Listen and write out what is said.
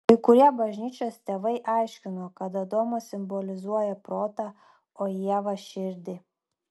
kai kurie bažnyčios tėvai aiškino kad adomas simbolizuoja protą o ieva širdį